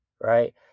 right